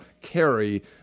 carry